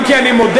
אם כי אני מודה,